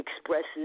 expresses